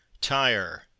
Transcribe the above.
Tire